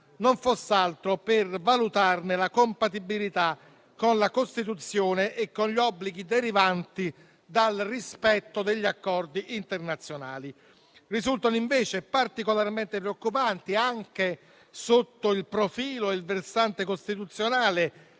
non foss'altro per valutarne la compatibilità con la Costituzione e con gli obblighi derivanti dal rispetto degli accordi internazionali. Risultano, invece, particolarmente preoccupanti, anche sotto il profilo e il versante costituzionale,